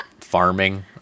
farming